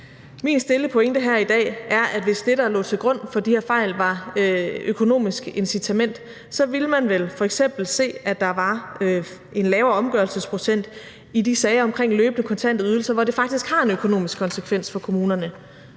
Min stille pointe her i dag er, at hvis det, der lå til grund for de her fejl, var et økonomisk incitament, så ville man vel f.eks. se, at der var en lavere omgørelsesprocent i de sager omkring løbende kontante ydelser, hvor det faktisk har en økonomisk konsekvens for kommunerne,